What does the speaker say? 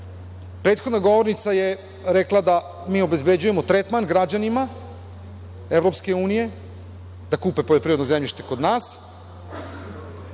prethodna govornica je rekla da mi obezbeđujemo tretman građanima EU da kupe poljoprivredno zemljište kod nas,